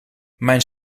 mijn